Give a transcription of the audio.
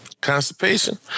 constipation